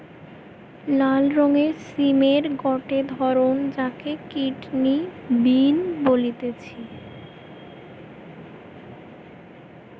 লাল রঙের সিমের গটে ধরণ যাকে কিডনি বিন বলতিছে